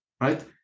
right